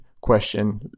question